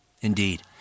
Indeed